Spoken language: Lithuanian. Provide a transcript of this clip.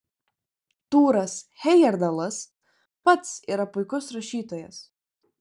tūras hejerdalas pats yra puikus rašytojas